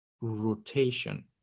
rotation